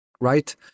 right